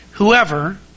Whoever